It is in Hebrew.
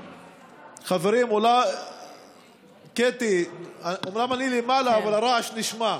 חברים, קטי, אומנם אני למעלה, אבל הרעש נשמע,